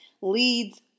leads